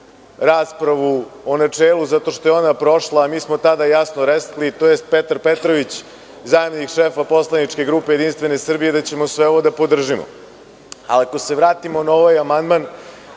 raspravu o načelu, zato što je ona prošla, a mi smo tada jasno rekli, tj. Petar Petrović, zamenik šefa poslaničke grupe Jedinstvene Srbije, da ćemo sve ovo da podržimo. Ako se vratimo na ovaj amandman,